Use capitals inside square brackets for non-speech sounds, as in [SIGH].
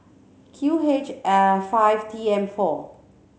Q H [HESITATION] five T M four